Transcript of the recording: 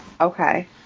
okay